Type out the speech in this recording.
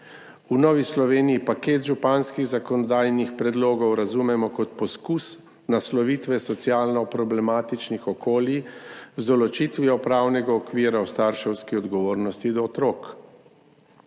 V Novi Sloveniji paket županskih zakonodajnih predlogov razumemo kot poskus naslovitve socialno problematičnih okolij z določitvijo pravnega okvira o starševski odgovornosti do otrok.